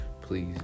please